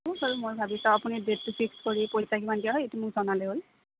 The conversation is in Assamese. ডেটটো ফিক্স কৰি দিয়া হয় সেইটো মোক জনালে হ'ল